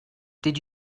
did